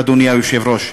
אדוני היושב-ראש,